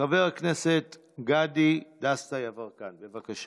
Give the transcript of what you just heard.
חבר הכנסת דסטה גדי יברקן, בבקשה.